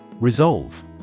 Resolve